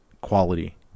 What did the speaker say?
quality